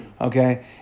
Okay